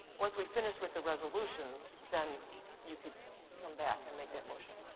once we finish with the resolutions, then you could come back and make that motion.